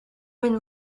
when